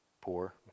poor